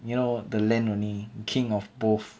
you know the land only king of both